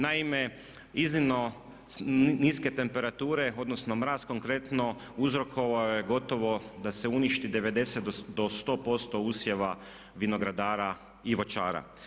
Naime iznimno niske temperature odnosno mraz konkretno uzrokovao je gotovo da se uništi 90 do 100% usjeva vinogradara i voćara.